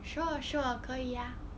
sure sure 可以呀